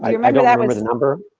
yeah remember yeah remember the number,